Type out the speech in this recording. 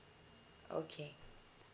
okay